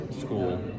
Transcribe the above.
school